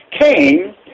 came